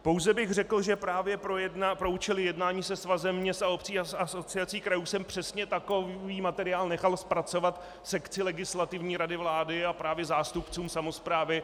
Pouze bych řekl, že právě pro účely jednání se Svazem měst a obcí a Asociací krajů jsem přesně takový materiál nechal zpracovat sekci Legislativní rady vlády a právě zástupcům samosprávy jsme toto